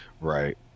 Right